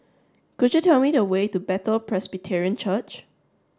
could you tell me the way to Bethel Presbyterian Church